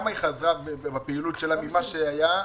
לכמה היא חזרה בפעילות שלה ממה שהיה?